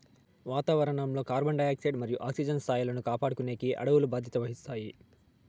వాతావరణం లో carbon dioxide మరియు ఆక్సిజన్ స్థాయిలను కాపాడుకునేకి అడవులు బాధ్యత వహిస్తాయి